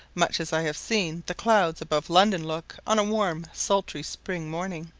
much as i have seen the clouds above london look on a warm, sultry spring morning.